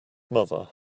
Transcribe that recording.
mother